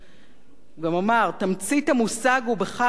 הוא גם אמר: "תמצית המושג הוא בכך שהחברה,